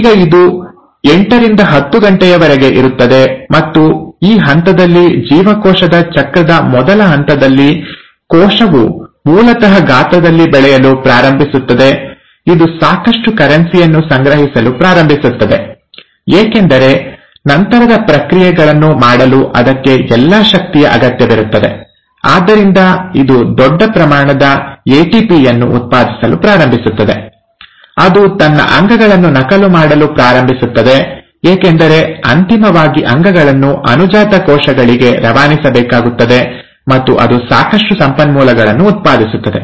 ಈಗ ಇದು ಎಂಟುರಿಂದ ಹತ್ತು ಗಂಟೆಗಳವರೆಗೆ ಇರುತ್ತದೆ ಮತ್ತು ಈ ಹಂತದಲ್ಲಿ ಜೀವಕೋಶದ ಚಕ್ರದ ಮೊದಲ ಹಂತದಲ್ಲಿ ಕೋಶವು ಮೂಲತಃ ಗಾತ್ರದಲ್ಲಿ ಬೆಳೆಯಲು ಪ್ರಾರಂಭಿಸುತ್ತದೆ ಇದು ಸಾಕಷ್ಟು ಕರೆನ್ಸಿ ಯನ್ನು ಸಂಗ್ರಹಿಸಲು ಪ್ರಾರಂಭಿಸುತ್ತದೆ ಏಕೆಂದರೆ ನಂತರದ ಪ್ರಕ್ರಿಯೆಗಳನ್ನು ಮಾಡಲು ಅದಕ್ಕೆ ಎಲ್ಲಾ ಶಕ್ತಿಯ ಅಗತ್ಯವಿರುತ್ತದೆ ಆದ್ದರಿಂದ ಇದು ದೊಡ್ಡ ಪ್ರಮಾಣದ ಎಟಿಪಿ ಯನ್ನು ಉತ್ಪಾದಿಸಲು ಪ್ರಾರಂಭಿಸುತ್ತದೆ ಅದು ತನ್ನ ಅಂಗಗಳನ್ನು ನಕಲು ಮಾಡಲು ಪ್ರಾರಂಭಿಸುತ್ತದೆ ಏಕೆಂದರೆ ಅಂತಿಮವಾಗಿ ಅಂಗಗಳನ್ನು ಅನುಜಾತ ಕೋಶಗಳಿಗೆ ರವಾನಿಸಬೇಕಾಗುತ್ತದೆ ಮತ್ತು ಅದು ಸಾಕಷ್ಟು ಸಂಪನ್ಮೂಲಗಳನ್ನು ಉತ್ಪಾದಿಸುತ್ತದೆ